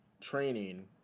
training